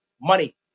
money